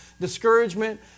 discouragement